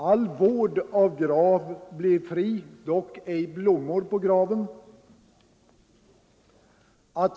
All vård av grav blir fri, dock ej blommor på graven.